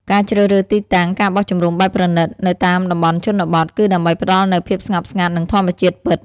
ការជ្រើសរើសទីតាំង ការបោះជំរំបែបប្រណីត នៅតាមតំបន់ជនបទ គឺដើម្បីផ្តល់នូវ ភាពស្ងប់ស្ងាត់ និងធម្មជាតិពិត ។